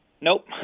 Nope